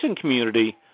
community